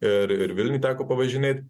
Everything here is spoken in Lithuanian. ir ir vilniuj teko pavažinėt